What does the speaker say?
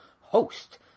Host